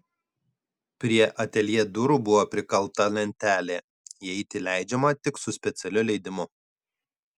prie ateljė durų buvo prikalta lentelė įeiti leidžiama tik su specialiu leidimu